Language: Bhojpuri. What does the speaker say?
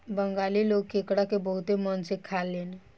बंगाली लोग केकड़ा के बहुते मन से खालेन